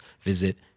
visit